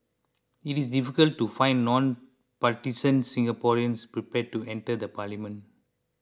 it is difficult to find non partisan Singaporeans prepared to enter the parliament